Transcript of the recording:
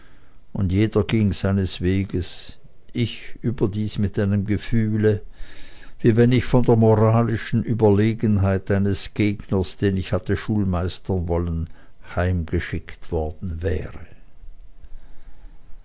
und jeder ging seines weges ich überdies mit einem gefühle wie wenn ich von der moralischen überlegenheit eines gegners den ich hatte schulmeistern wollen heimgeschickt worden wäre